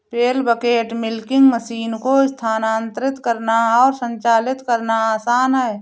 पेल bucket milking machine को स्थानांतरित करना और संचालित करना आसान है